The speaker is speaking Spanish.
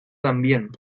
también